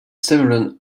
several